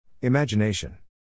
Imagination